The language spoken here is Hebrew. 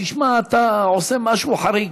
תשמע, אתה עושה משהו חריג.